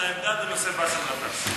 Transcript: כל הכבוד על העמדה בנושא באסל גטאס.